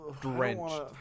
drenched